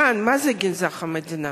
כאן, מה זה גנזך המדינה?